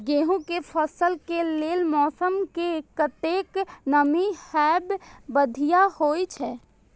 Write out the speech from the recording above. गेंहू के फसल के लेल मौसम में कतेक नमी हैब बढ़िया होए छै?